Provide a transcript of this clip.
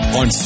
on